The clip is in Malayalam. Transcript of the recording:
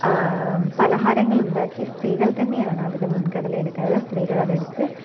പലഹാരങ്ങളുണ്ടാക്കി സ്ത്രീകൾ തന്നെയാണ് അതിന് മുൻഗണന എടുക്കുന്നത് സ്ത്രീകളതെടുത്ത്